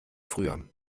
früher